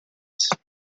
states